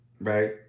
right